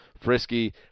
frisky